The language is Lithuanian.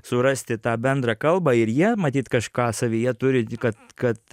surasti tą bendrą kalbą ir jie matyt kažką savyje turi kad kad